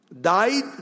died